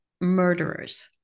murderers